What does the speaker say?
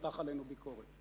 מתח עלינו ביקורת.